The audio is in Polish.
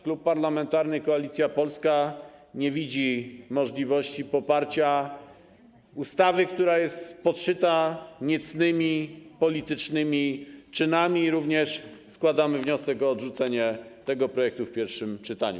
Klub Parlamentarny Koalicja Polska nie widzi możliwości poparcia ustawy, która jest podszyta niecnymi politycznymi czynami, i również składamy wniosek o odrzucenie tego projektu w pierwszym czytaniu.